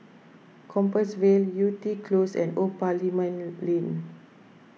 Compassvale Yew Tee Close and Old Parliament Lane